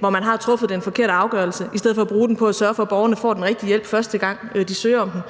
hvor man har truffet den forkerte afgørelse, i stedet for at bruge den på at sørge for, at borgerne får den rigtige hjælp, første gang de søger om den.